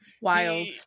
wild